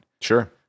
Sure